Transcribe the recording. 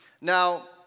Now